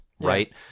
right